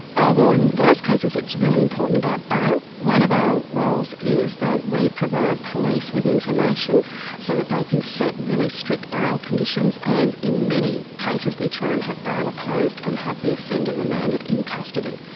oh well in those cases it's really important about bail. one of our roles is that we provide police with information so that they can set really strict bail conditions, and in many cases, we try and have bail opposed and have the offender remanded in custody.